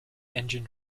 engine